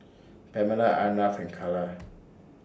Pamela Arnav and Calla